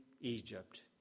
Egypt